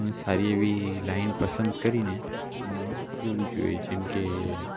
સારી એવી લાઇન પસંદ કરીને તેમાં જવું જોઈએ જેમ કે